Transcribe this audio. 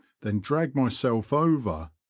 then dragged myself over,